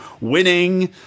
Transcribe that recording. winning